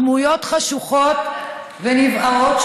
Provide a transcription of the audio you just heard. דמויות חשוכות ונבערות,